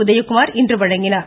உதயகுமார் இன்று வழங்கினார்